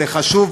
זה חשוב,